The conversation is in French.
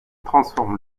transforme